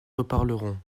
reparlerons